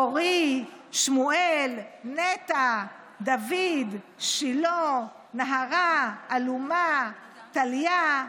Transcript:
אורי, שמואל, נטע, דוד, שילה, נהרה, אלומה, טליה,